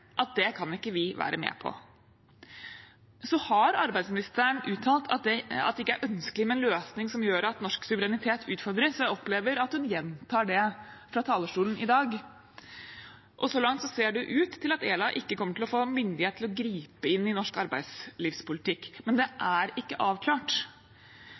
at det kan ikke vi være med på. Arbeidsministeren har uttalt at det ikke er ønskelig med en løsning som gjør at norsk suverenitet utfordres, og jeg opplever at hun gjentar det fra talerstolen i dag. Så langt ser det ut til at ELA ikke kommer til å få myndighet til å gripe inn i norsk arbeidslivspolitikk, men det er ikke avklart.